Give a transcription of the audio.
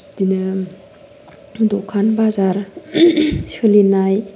बिदिनो दखान बाजार सोलिनाय